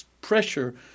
pressure